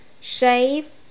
Shave